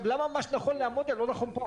למה מה שנכון לאמוניה לא נכון פה?